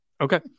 Okay